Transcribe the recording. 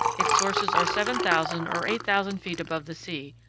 its sources are seven thousand or eight thousand feet above the sea,